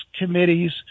committee's